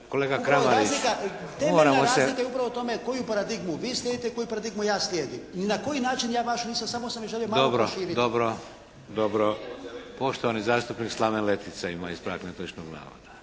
to, upravo razlika, temeljna razlika je upravo u tome koju paradigmu vi slijedite, koju paradigmu ja slijedim. Ni na koji način ja vašu nisam, samo sam je želio malo proširiti. **Šeks, Vladimir (HDZ)** Dobro, dobro, dobro. Poštovani zastupnik Slaven Letica ima ispravak netočnog navoda.